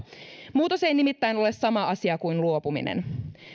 muutos ei nimittäin ole sama asia kuin luopuminen